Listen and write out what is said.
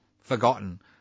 Forgotten